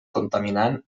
contaminant